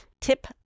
tip